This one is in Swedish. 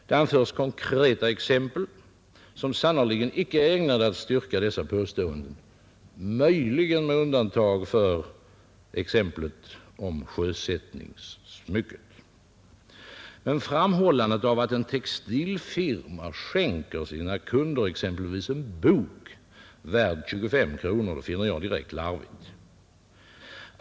Det anförs konkreta exempel som sannerligen inte är ägnade att styrka dessa påståenden, möjligen med undantag för exemplet med sjösättningssmycket. Framhållandet av att en textilfirma skänker sina kunder exempelvis en bok värd 25 kronor finner jag direkt larvigt.